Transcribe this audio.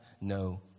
no